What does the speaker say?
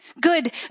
Good